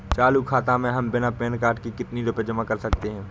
चालू खाता में हम बिना पैन कार्ड के कितनी रूपए जमा कर सकते हैं?